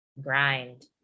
grind